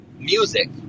music